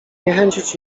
zniechęcić